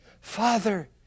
Father